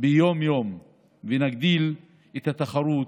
ביום-יום ונגדיל את התחרות